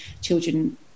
children